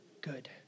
good